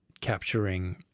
capturing